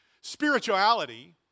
Spirituality